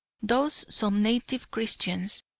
thus some native christians,